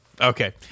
Okay